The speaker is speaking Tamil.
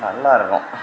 நல்லாயிருக்கும்